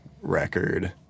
record